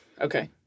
Okay